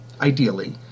ideally